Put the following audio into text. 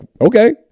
okay